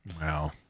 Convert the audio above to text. wow